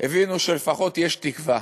הם הבינו שלפחות יש תקווה